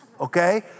okay